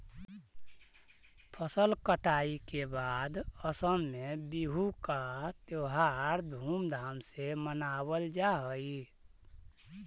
फसल कटाई के बाद असम में बिहू का त्योहार धूमधाम से मनावल जा हई